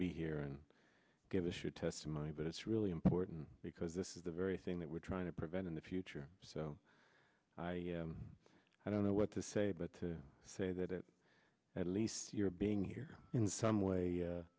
be here and give us your testimony but it's really important because this is the very thing that we're trying to prevent in the future so i don't know what to say but to say that at least your being here in some way